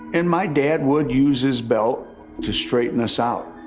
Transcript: and my dad would use his belt to straighten us out.